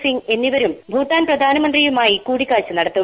സിങ് എന്നിവരും ഭൂട്ടാൻ പ്രധാനമന്ത്രിയുമായി കൂടിക്കാഴ്ച നടത്തും